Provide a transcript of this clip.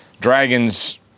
Dragons